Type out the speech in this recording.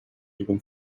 even